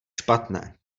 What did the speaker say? špatné